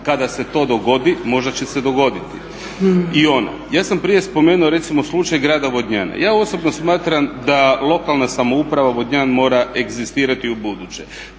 Kada se to dogodi možda će se dogoditi i ona. Ja sam prije spomenuo recimo slučaj Grada Vodnjana. Ja osobno smatram da lokalna samouprava Vodnjan mora egzistirati ubuduće.